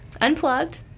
unplugged